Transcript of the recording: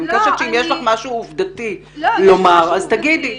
אני מבקשת שאם יש לך משהו עובדתי לומר אז תאמרי.